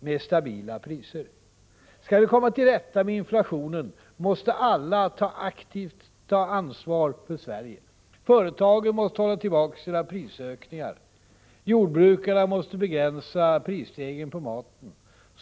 med stabila priser. Skall vi komma till rätta med inflationen måste alla aktivt ta ansvar för Sverige. Företagen måste hålla tillbaka sina prisökningar. Jordbrukarna måste begränsa prisstegringen på maten.